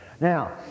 Now